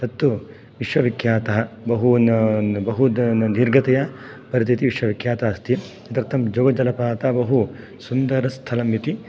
तत्तु विश्वविख्यातः बहून् बहुद् दीर्घतया परतेति विश्वविख्यातः अस्ति तदर्थं जोग्जलपात बहु सुन्दरस्थलम् इति